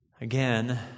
Again